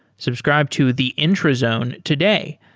subscribe to the intrazone today.